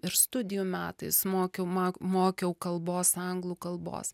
ir studijų metais mokiau mak mokiau kalbos anglų kalbos